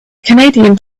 canadian